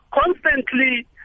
constantly